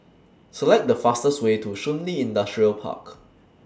Select The fastest Way to Shun Li Industrial Park